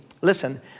Listen